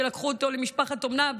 שלקחו אותו למשפחת אומנה,